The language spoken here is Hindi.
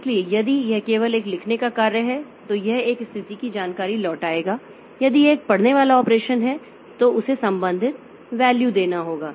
इसलिए यदि यह केवल एक लिखने का कार्य है तो यह एक स्थिति की जानकारी लौटाएगा यदि यह एक पढ़ने वाला ऑपरेशन है तो उसे संबंधित वैल्यू देना होगा